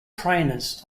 trainers